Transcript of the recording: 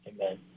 Amen